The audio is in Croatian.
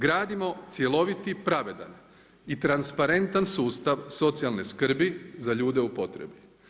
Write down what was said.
Gradimo cjeloviti i pravedan i transparentan sustav socijalne skrbi za ljude u potrebi.